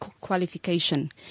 qualification